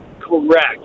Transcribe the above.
Correct